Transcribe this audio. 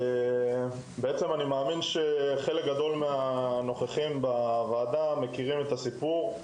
אני מאמין שחלק גדול מהנוכחים בוועדה מכירים את הסיפור,